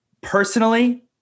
Personally